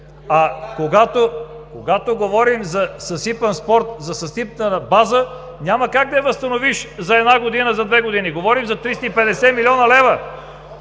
А когато говорим за съсипан спорт, за съсипана база, няма как да я възстановиш за една-две години. Говорим за 350 млн. лв.